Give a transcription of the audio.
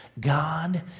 God